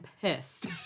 pissed